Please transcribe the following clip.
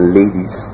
ladies